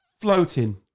floating